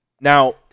Now